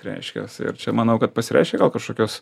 reiškias ir čia manau kad pasireiškia gal kažkokios